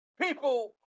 People